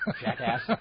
jackass